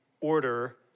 order